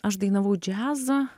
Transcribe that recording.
aš dainavau džiazą